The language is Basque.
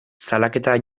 salaketa